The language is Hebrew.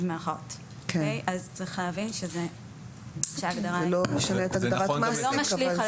זה לא משנה את הגדרת מעסיק.